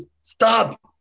stop